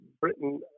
britain